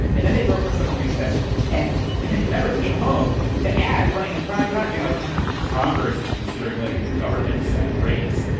and then they broke for summer recess and and these members came home to ads running in primetime saying like congress is considering letting the government set rates.